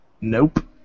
Nope